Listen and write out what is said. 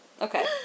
Okay